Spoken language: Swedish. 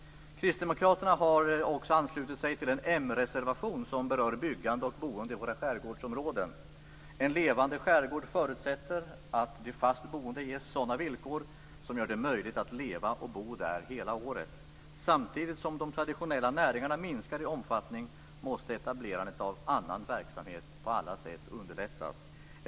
Kristdemokraterna har också anslutit sig till en moderatreservation som berör byggande och boende i våra skärgårdsområden. En levande skärgård förutsätter att de fast boende ges sådana villkor som gör det möjligt att leva och bo där hela året. Samtidigt som de traditionella näringarna minskar i omfattning måste etablerandet av annan verksamhet på alla sätt underlättas.